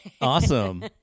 Awesome